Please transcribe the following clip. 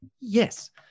yes